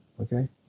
Okay